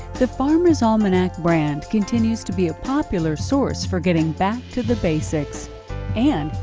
the farmers' almanac brand continues to be a popular source for getting back to the basics and,